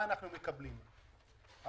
באופן בו תובא בחשבון שנת המס 2019